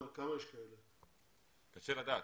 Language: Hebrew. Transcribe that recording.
קשה לדעת.